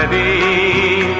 ea